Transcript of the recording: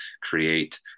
create